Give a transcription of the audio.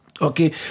Okay